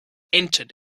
entered